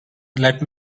let